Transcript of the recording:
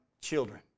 children